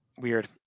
Weird